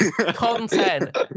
Content